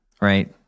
right